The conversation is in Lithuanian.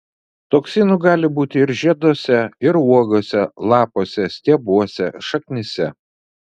toksinų gali būti ir žieduose ir uogose lapuose stiebuose šaknyse